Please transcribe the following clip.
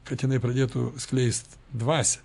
kad jinai pradėtų skleist dvasią